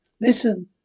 listen